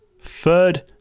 Third